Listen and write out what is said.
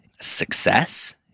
success